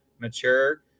mature